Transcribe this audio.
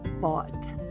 bought